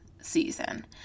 season